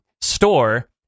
store